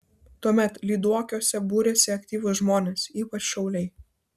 tuomet lyduokiuose būrėsi aktyvūs žmonės ypač šauliai